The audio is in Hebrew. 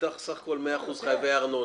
מסך הכול 100% חייבי ארנונה.